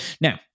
Now